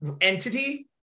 entity